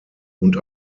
und